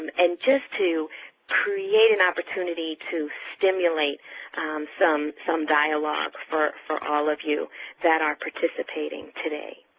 and just to create an opportunity to stimulate some some dialogue for for all of you that are participating today.